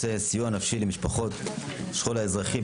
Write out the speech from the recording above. על סדר-היום: סיוע נפשי למשפחות השכול האזרחי,